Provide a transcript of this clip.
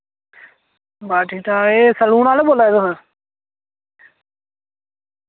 बस ठीक ठाक एह् सलून आह्ले बोल्ला दे तुस